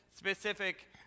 specific